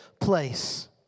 place